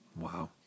Wow